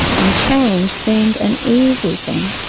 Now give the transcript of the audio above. and change seemed an easy thing.